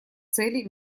цели